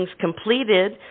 completed